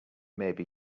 maybe